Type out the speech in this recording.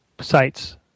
sites